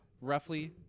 roughly